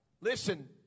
Listen